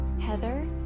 Heather